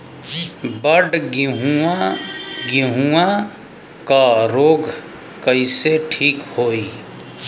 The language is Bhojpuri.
बड गेहूँवा गेहूँवा क रोग कईसे ठीक होई?